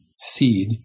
seed